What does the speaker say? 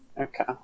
okay